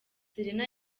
serena